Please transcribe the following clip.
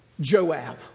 Joab